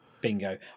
bingo